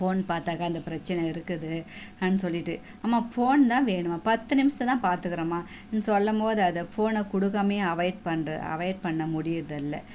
phone பார்த்தாக்கா அந்த பிரெச்சின இருக்குது ஹன் சொல்லிட்டு அம்மா ஃபோன் தான் வேணும் பத்து நிமிஷம் தான் பார்த்துக்குறேன் அம்மா சொல்லும் போது அத ஃபோனை கொடுக்காமையே அவாய்ட் பண்ணுற அவாய்ட் பண்ண முடியுறதல்ல